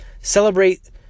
Celebrate